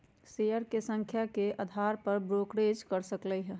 share के संख्या के अधार पर ब्रोकरेज बड़ सकलई ह